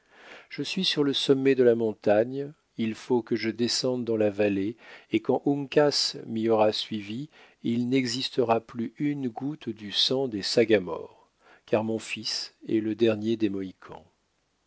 je suis sur le sommet de la montagne il faut que je descende dans la vallée et quand uncas m'y aura suivi il n'existera plus une goutte du sang des sagamores car mon fils est le dernier des mohicans